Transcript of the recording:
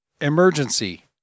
emergency